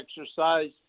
exercise